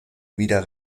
wieder